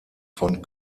von